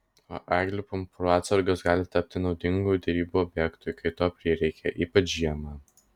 o eglių pumpurų atsargos gali tapti naudingu derybų objektu kai to prireikia ypač žiemą